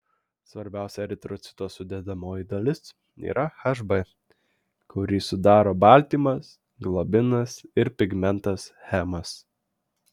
svarbiausia eritrocito sudedamoji dalis yra hb kurį sudaro baltymas globinas ir pigmentas hemas